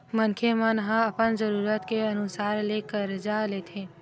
मनखे मन ह अपन जरूरत के अनुसार ले करजा लेथे